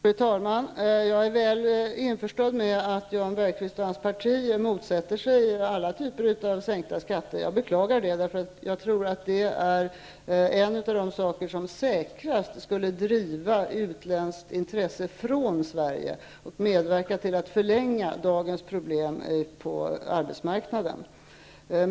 Fru talman! Jag är väl införstådd med att Jan Bergqvist och hans parti motsätter sig alla typer av skattesänkningar. Jag beklagar det — jag tror att det är en av de saker som just skulle driva utländskt intresse från Sverige och medverka till att förlänga dagens problem på arbetsmarknaden.